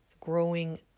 growing